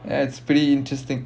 ya it's pretty interesting